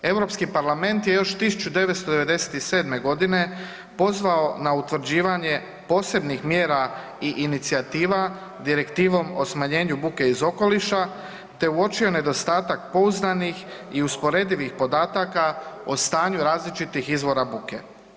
EU parlament je još 1997. g. pozvao na utvrđivanje posebnih mjera i inicijativa Direktivom o smanjenju buke iz okoliša te uočio nedostatak pouzdanih i usporedivih podataka o stanju različitih izvora buke.